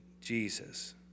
Jesus